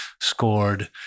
scored